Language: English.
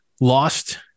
lost